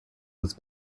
was